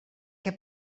què